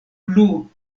plu